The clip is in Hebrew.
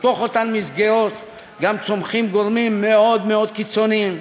בתוך אותן מסגרות גם צומחים גורמים מאוד מאוד קיצוניים.